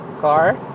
car